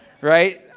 Right